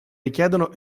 richiedono